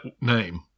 name